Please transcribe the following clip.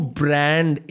brand